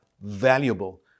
valuable